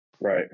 Right